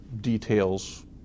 details